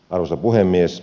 arvoisa puhemies